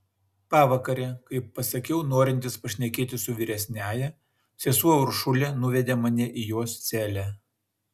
pavakare kai pasakiau norintis pašnekėti su vyresniąja sesuo uršulė nuvedė mane į jos celę